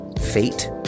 fate